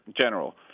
general